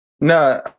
No